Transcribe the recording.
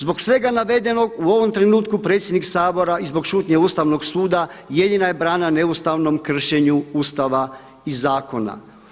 Zbog svega navedenog u ovom trenutku predsjednik Sabora i zbog šutnje Ustavnog suda jedina je brana neustavnom kršenju Ustava i zakona.